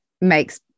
makes